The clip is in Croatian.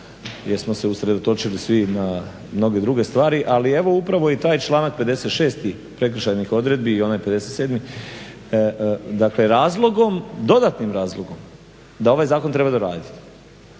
jer smo se usredotočili svi na mnoge druge stvari, ali evo upravo i taj članak 56. prekršajnih odredbi i onaj 57., dakle razlogom, dodatnim razlogom da ovaj zakon treba doraditi